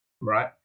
right